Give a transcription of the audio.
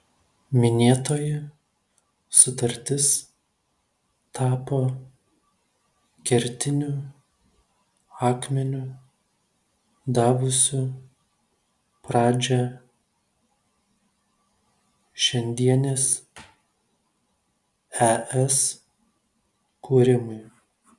minėtoji sutartis tapo kertiniu akmeniu davusiu pradžią šiandienės es kūrimui